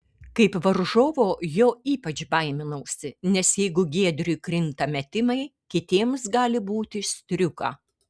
kaip varžovo jo ypač baiminausi nes jeigu giedriui krinta metimai kitiems gali būti striuka